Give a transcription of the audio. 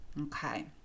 okay